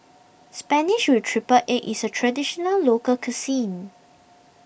Spinach with Triple Egg is a Traditional Local Cuisine